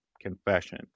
confession